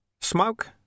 Smoke